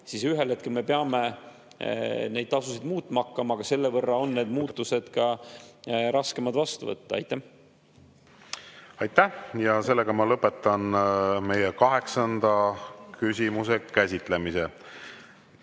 siis ühel hetkel me peame neid tasusid muutma hakkama, aga selle võrra on need muutused ka raskemad vastu võtta. Aitäh! Lõpetan meie kaheksanda küsimuse käsitlemise. Tänane